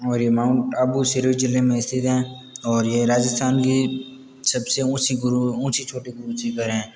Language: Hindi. और ये माउंट आबू सिरोही जिले में स्थित है और ये राजस्थान की सबसे ऊँची गुरु ऊँची चोटी गुरु श्री धर हैं